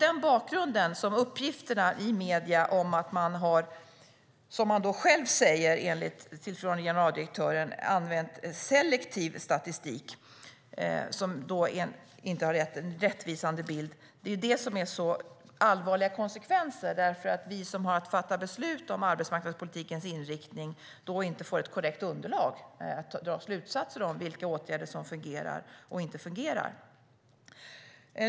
Enligt uppgifterna i medierna har den tillförordnade generaldirektören själv sagt att selektiv statistik som inte gett en rättvisande bild har använts. Det är det som får så allvarliga konsekvenser, för då får vi som har att fatta beslut om arbetsmarknadspolitikens inriktning inte ett korrekt underlag för att dra slutsatser om vilka åtgärder som fungerar och vilka som inte gör det.